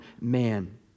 man